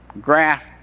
graph